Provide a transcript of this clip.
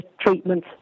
treatment